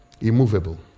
immovable